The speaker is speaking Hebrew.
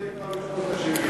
עושה את זה כבר משנות ה-70.